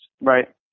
Right